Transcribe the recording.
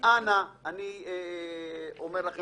אני אומר לכם